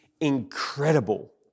incredible